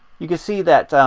you could see that,